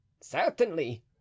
Certainly